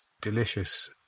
delicious